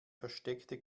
versteckte